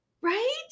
Right